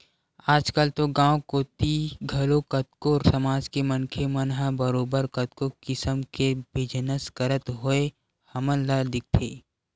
आजकल तो गाँव कोती घलो कतको समाज के मनखे मन ह बरोबर कतको किसम के बिजनस करत होय हमन ल दिखथे